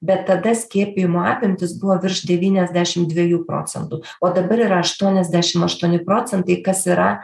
bet tada skiepijimo apimtys buvo virš devyniasdešim dviejų procentų o dabar yra aštuoniasdešim aštuoni procentai kas yra